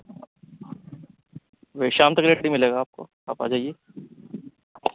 وہ شام تک ریٹ ملے گا آپ کو آپ آ جائیے